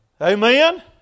Amen